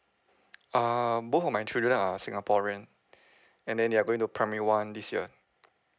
err both of my children are singaporean and then they are going to primary one this year